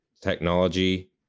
technology